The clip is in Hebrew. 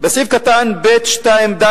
"בסעיף קטן (ב)(2)(ד),